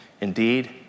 Indeed